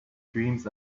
dreams